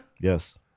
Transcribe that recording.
Yes